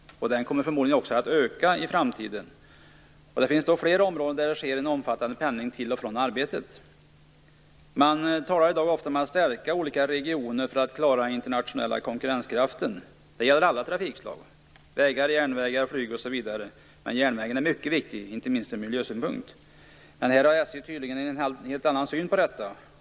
Den kommer förmodligen också att öka i framtiden. Det finns fler områden där det sker en omfattande pendling till och från arbetet. Man talar i dag ofta om att stärka olika regioner för att klara den internationella konkurrensen. Det gäller alla trafikslag - vägar, järnvägar, flyg, osv.- men järnvägen är mycket viktig, inte minst ut miljösynpunkt. Här har SJ tydligen en helt annan syn.